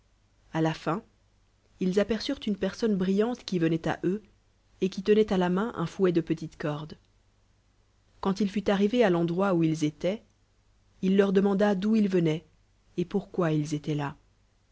à la fin ils aperçurent une persouot brillante qui venait eux et qui tenoft à la main un fouet dé petite cordes quand il fut arrivé ii l'en droit où ils étoient il leur demanda d'où ils venoient et pourquoi ils étoient là